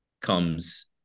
comes